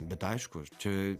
bet aišku čia